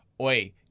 Oi